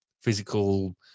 physical